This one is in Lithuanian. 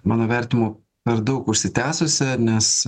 mano vertimu per daug užsitęsusią nes